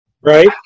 right